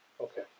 okay